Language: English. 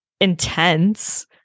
intense